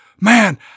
man